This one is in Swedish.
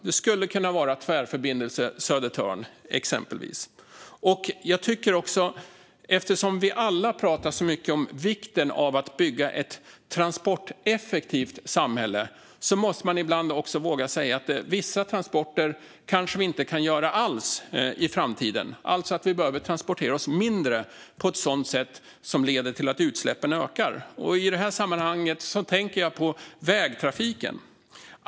Det skulle exempelvis kunna vara Tvärförbindelse Södertörn. Eftersom vi alla pratar så mycket om vikten av att bygga ett transporteffektivt samhälle måste vi ibland också våga säga att vissa transporter kanske inte ska ske alls i framtiden. Vi behöver alltså transportera oss mindre på ett sådant sätt som leder till att utsläppen ökar. I det här sammanhanget tänker jag på vägtrafiken.